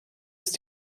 ist